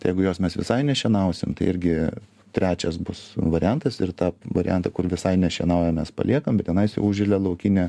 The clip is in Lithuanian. tai jeigu jos mes visai nešienausim tai irgi trečias bus variantas ir tą variantą kur visai nešienauja mes paliekam bet tenais jau užželia laukinė